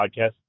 Podcast